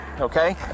okay